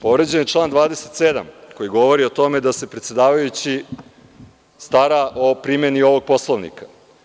Povređen je član 27. koji govori o tome da se predsedavajući stara o primeni ovog Poslovnika.